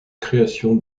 créations